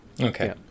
Okay